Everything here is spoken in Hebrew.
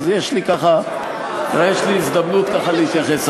אז יש לי הזדמנות ככה להתייחס.